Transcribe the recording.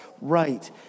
right